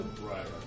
right